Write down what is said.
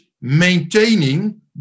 maintaining